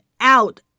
out